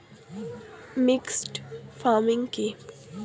Mixed farming কি?